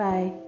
Bye